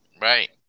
right